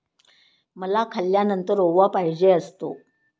मला खाल्यानंतर ओवा पाहिजे असतो